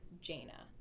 Jaina